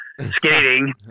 skating